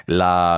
la